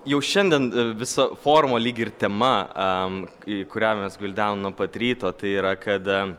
jau šiandien visa forumo lyg ir tema kurią mes gvildenome nuo pat ryto tai yra kad